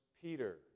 Peter